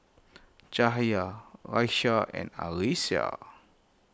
Cahaya Raisya and Arissa